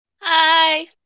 Hi